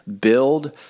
build